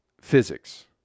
physics